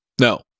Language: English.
No